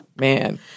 Man